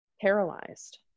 paralyzed